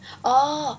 orh